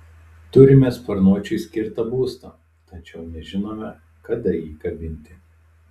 turime sparnuočiui skirtą būstą tačiau nežinome kada jį kabinti